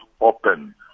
open